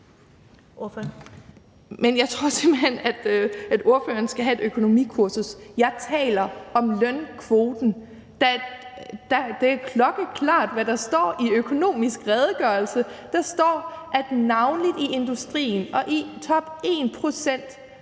Jeg tror simpelt hen, at spørgeren skal have et økonomikursus. Jeg taler om lønkvoten. Det er klokkeklart, hvad der står i »Økonomisk Redegørelse«. Der står, at det navnlig er i industrien og i de 1 pct.